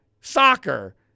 Soccer